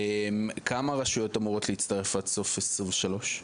כמה רשויות אמורות להצטרף עד סוף 2023?